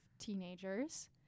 teenagers